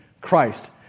Christ